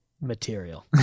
material